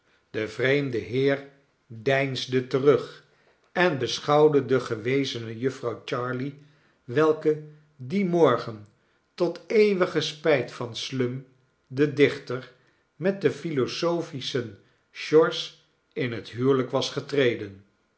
de vreemde heer deinsde terug en beschouwde de gewezene jufvrouw jarley welke dien morgen tot eeuwige spijt van slum den dichter met den philosophischen george in het huwelijk was getreden